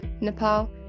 Nepal